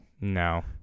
No